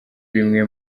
bimwe